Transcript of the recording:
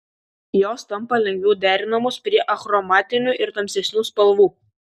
jos tampa lengviau derinamos prie achromatinių ir tamsesnių spalvų